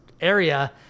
area